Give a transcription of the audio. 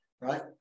right